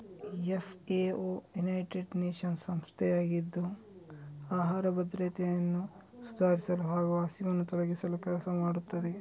FAO United Nations ಸಂಸ್ಥೆಯಾಗಿದ್ದು ಆಹಾರ ಭದ್ರತೆಯನ್ನು ಸುಧಾರಿಸಲು ಹಾಗೂ ಹಸಿವನ್ನು ತೊಲಗಿಸಲು ಕೆಲಸ ಮಾಡುತ್ತದೆ